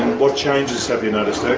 what changes have you noticed